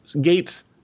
Gates